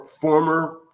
former